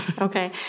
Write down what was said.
Okay